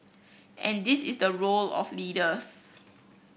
and this is the role of leaders